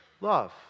Love